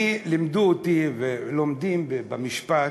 אני, לימדו אותי, ולומדים במשפט,